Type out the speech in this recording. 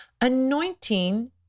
anointing